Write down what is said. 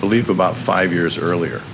believe about five years earlier